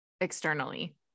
externally